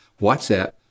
WhatsApp